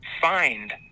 find